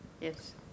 Yes